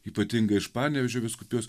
ypatingai iš panevėžio vyskupijos